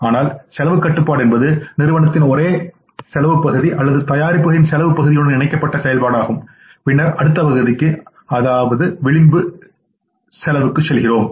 ஆனால் செலவுக் கட்டுப்பாடு என்பது நிறுவனத்தின் ஒரே செலவு பகுதி அல்லது தயாரிப்புகளின் செலவு பகுதியுடன் இணைக்கப்பட்ட செயல்பாடாகும் பின்னர் அடுத்த பகுதிக்கு அதாவது விளிம்பு செலவுக்கு செல்கிறோம்